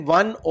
one